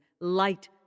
light